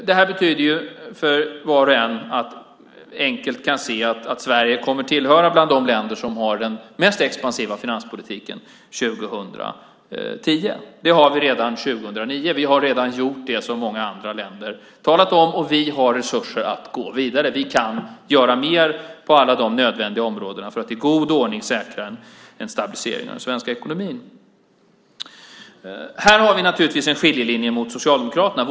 Detta betyder för var och en att man enkelt kan se att Sverige kommer att vara ett av de länder som har den mest expansiva finanspolitiken 2010. Det har vi redan 2009. Vi har redan gjort det som många andra länder har talat om, och vi har resurser att gå vidare. Vi kan göra mer på alla de nödvändiga områdena för att i god ordning säkra en stabilisering av den svenska ekonomin. Här har vi naturligtvis en skiljelinje mot Socialdemokraterna.